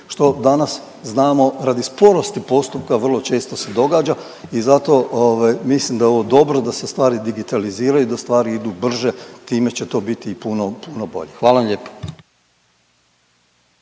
što danas znamo radi sporosti postupka vrlo često se događa i zato ovaj, mislim da je ovo dobro da se stvari digitaliziraju, da stvari idu brže, time će to biti i puno, puno bolje. Hvala vam lijepo.